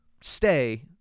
stay